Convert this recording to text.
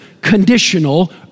conditional